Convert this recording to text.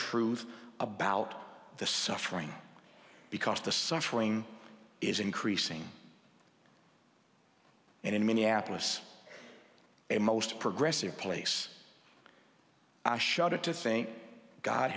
truth about the suffering because the suffering is increasing and in minneapolis a most progressive place i shudder to think god